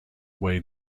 way